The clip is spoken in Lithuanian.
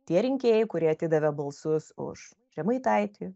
tie rinkėjai kurie atidavė balsus už žemaitaitį